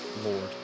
Lord